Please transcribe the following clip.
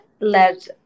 let